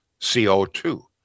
CO2